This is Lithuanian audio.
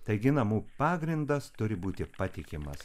taigi namų pagrindas turi būti patikimas